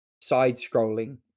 side-scrolling